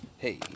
Hey